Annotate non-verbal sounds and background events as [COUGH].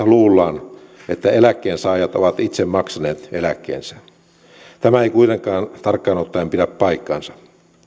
[UNINTELLIGIBLE] luullaan että eläkkeensaajat ovat itse maksaneet eläkkeensä tämä ei kuitenkaan tarkkaan ottaen pidä paikkaansa